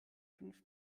fünf